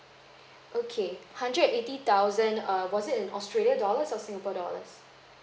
okay hundred eighty thousand err was in australia dollars or singapore dollars